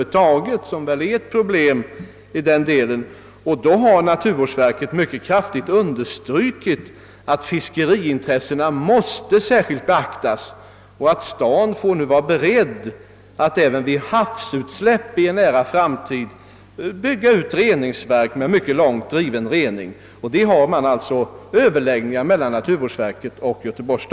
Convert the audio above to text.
Därvid har naturvårdsverket mycket kraftigt understrukit att fiskeintressena särskilt måste beaktas och att staden får vara beredd att även vid havsutsläpp i en nära framtid bygga ut reningsverk med mycket hög reningskapacitet.